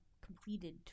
completed